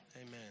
Amen